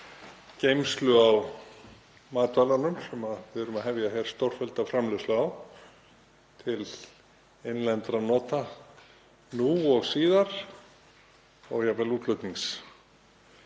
geymslu á matvælunum sem við erum að hefja stórfellda framleiðslu á til innlendra nota nú og síðar og jafnvel til útflutnings.